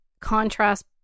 Contrast